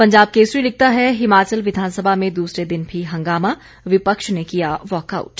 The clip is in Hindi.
पंजाब केसरी लिखता है हिमाचल विधानसभा में दूसरे दिन भी हंगामा विपक्ष ने किया वाकआउट